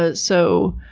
ah so,